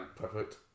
Perfect